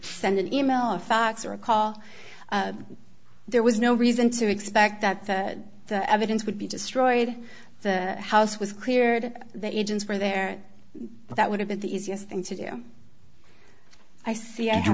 send an e mail or fax or a call there was no reason to expect that the evidence would be destroyed the house was cleared that agents were there that would have been the easiest thing to do i see